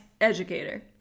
Educator